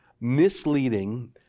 misleading